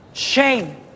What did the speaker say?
shame